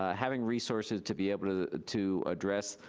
ah having resources to be able to to address